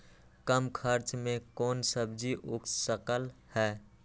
कम खर्च मे कौन सब्जी उग सकल ह?